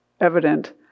evident